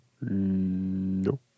No